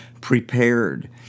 prepared